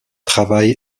travail